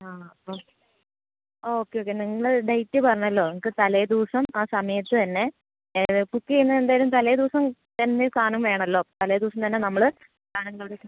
ആ അപ്പം അ ഓക്കെ ഓക്കെ നിങ്ങൾ ഡേറ്റ് പറഞ്ഞല്ലോ നിങ്ങൾക്ക് തലേ ദിവസം ആ സമയത്ത് തന്നെ കുക്ക് എന്തായാലും തലേ ദിവസം തന്നെ സാധനം വേണമല്ലോ തലേ ദിവസം തന്നെ നമ്മൾ സാധനങ്ങൾ അവിടെ എത്തിക്കും